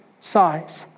size